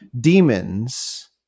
demons